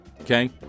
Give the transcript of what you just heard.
Okay